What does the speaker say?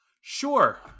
Sure